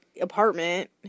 apartment